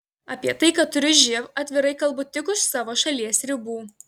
apie tai kad turiu živ atvirai kalbu tik už savo šalies ribų